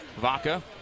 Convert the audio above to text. Vaca